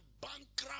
bankrupt